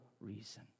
reason